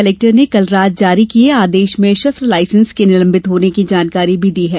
collector ने कल रात जारी किये आदेश में शस्त्र लायसेंस के निलंबित होने की जानकारी भी दी गई है